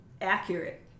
Accurate